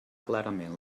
clarament